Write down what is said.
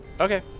Okay